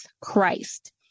Christ